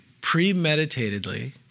premeditatedly